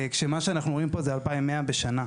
כשמה שאנחנו רואים פה זה 2,100 בשנה.